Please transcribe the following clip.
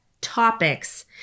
topics